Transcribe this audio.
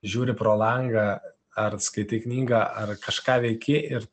žiūri pro langą ar skaitai knygą ar kažką veiki ir